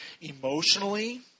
emotionally